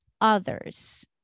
others